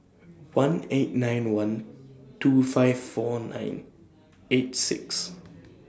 one eight nine one two five four nine eight six